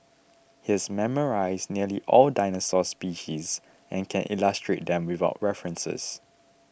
he's memorised nearly all dinosaur species and can illustrate them without references